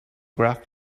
graph